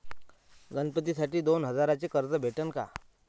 गणपतीसाठी दोन हजाराचे कर्ज भेटन का?